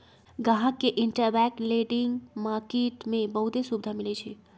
गाहक के interbank lending market में बहुते सुविधा मिलई छई